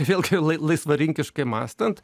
vėlgi lai laisvarinkiškai mąstant